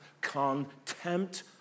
contempt